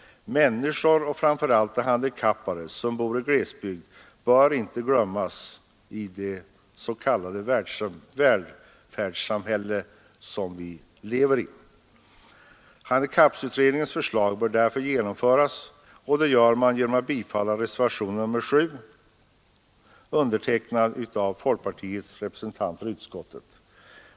Människorna — framför allt de handikappade — som bor i glesbygd bör inte glömmas i det s.k. välfärdssamhälle som vi lever i. Handikapputredningens förslag bör därför genomföras, och det sker genom att man bifaller reservationen 7, undertecknad av folkpartiets representanter i utskottet.